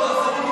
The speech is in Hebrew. לא לא.